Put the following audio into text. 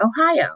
Ohio